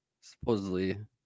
supposedly